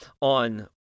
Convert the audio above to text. on